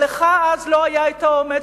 אבל לך אז לא היה האומץ,